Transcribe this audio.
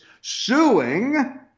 suing